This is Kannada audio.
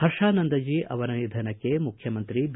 ಹರ್ಷಾನಂದಜಿಯವರ ನಿಧನಕ್ಕೆ ಮುಖ್ಯಮಂತ್ರಿ ಬಿ